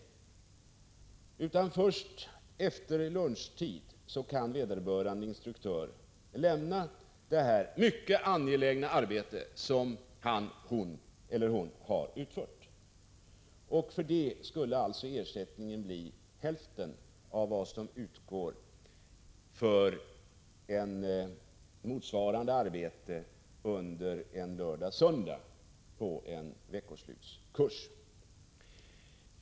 21 maj 1986 Först efter lunchtid kan vederbörande instruktör lämna detta mycket angelägna arbete, som han eller hon har utfört. För det skulle alltså ersättningen bli hälften av vad som utgår för motsvarande arbete under lördag och söndag på en veckoslutskurs.